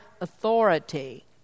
authority